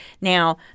Now